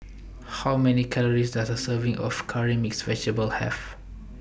How Many Calories Does A Serving of Curry Mixed Vegetable Have